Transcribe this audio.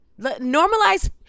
normalize